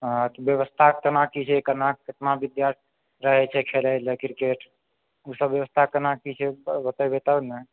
हँ तऽ व्यवस्था केना की छै केना कितना विद्यार्थी रहै छै खेलै लए क्रिकेट ओ सब व्यवस्था केना की छै बतेबै तब ने